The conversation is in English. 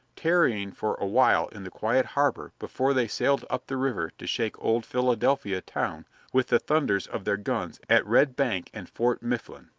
tarrying for a while in the quiet harbor before they sailed up the river to shake old philadelphia town with the thunders of their guns at red bank and fort mifflin.